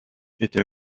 était